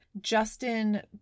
Justin